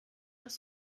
das